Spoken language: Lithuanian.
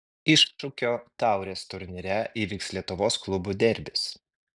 iššūkio taurės turnyre įvyks lietuvos klubų derbis